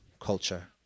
culture